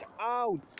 out